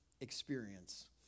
experience